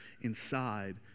inside